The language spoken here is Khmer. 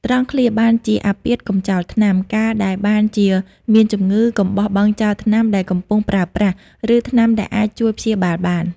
ត្រង់ឃ្លា បានជាអាពាធ កុំចោលថ្នាំ កាលដែលបានជាមានជំងឺ កុំបោះបង់ចោលថ្នាំដែលកំពុងប្រើប្រាស់ ឬថ្នាំដែលអាចជួយព្យាបាលបាន។